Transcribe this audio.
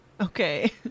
Okay